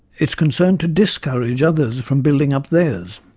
it is concerned to discourage others from building up theirs.